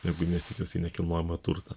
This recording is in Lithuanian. negu investicijos į nekilnojamą turtą